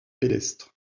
pédestres